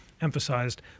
emphasized